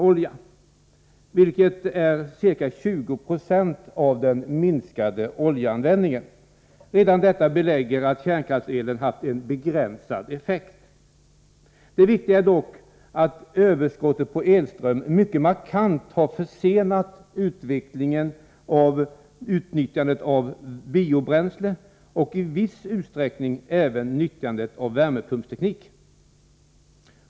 olja, vilket är ca 20 96 av den minskade oljeanvändningen. Redan detta belägger att kärnkraftselen haft en begränsad effekt. Det viktiga är dock att ”överskottet” på elström mycket markant har försenat utnyttjandet av biobränsle och i viss utsträckning även nyttjandet av värmepumpsteknik.